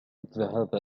الذهاب